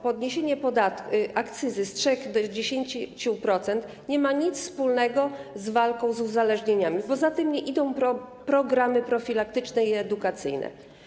Podniesienie akcyzy z 3% do 10% nie ma nic wspólnego z walką z uzależnieniami, bo za tym nie idą programy profilaktyczne i edukacyjne.